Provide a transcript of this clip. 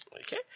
Okay